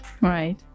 Right